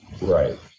Right